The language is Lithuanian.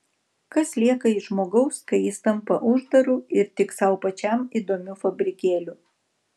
kas lieka iš žmogaus kai jis tampa uždaru ir tik sau pačiam įdomiu fabrikėliu